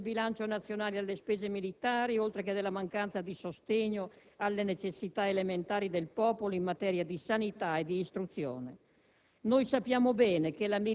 della priorità assoluta nel bilancio nazionale alle spese militari, oltre che della mancanza di sostegno alle necessità elementari del popolo in materia di sanità e di istruzione.